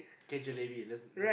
okay jalebi let's